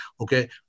Okay